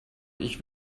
ich